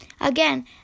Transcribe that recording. Again